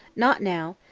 not now.